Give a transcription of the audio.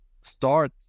start